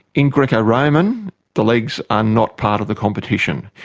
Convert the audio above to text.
in greco-roman the legs are not part of the competition.